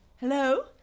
Hello